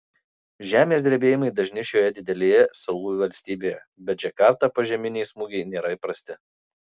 žemės drebėjimai dažni šioje didelėje salų valstybėje bet džakartą požeminiai smūgiai nėra įprasti